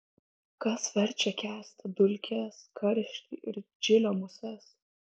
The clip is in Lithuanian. kas verčia kęsti dulkes karštį ir džilio muses